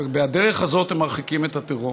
בדרך הזאת הם מרחיקים, הטרור.